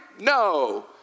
No